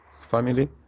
family